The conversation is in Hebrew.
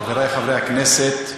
חברי חברי הכנסת,